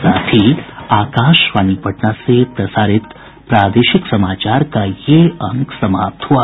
इसके साथ ही आकाशवाणी पटना से प्रसारित प्रादेशिक समाचार का ये अंक समाप्त हुआ